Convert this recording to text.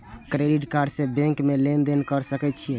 Credit card से bank में लेन देन कर सके छीये?